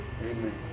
Amen